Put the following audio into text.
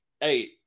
Hey